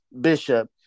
Bishop